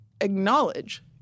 acknowledge